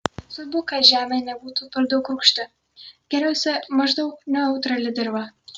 svarbu kad žemė nebūtų per daug rūgšti geriausia maždaug neutrali dirva